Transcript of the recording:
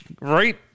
right